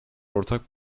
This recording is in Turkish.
ortak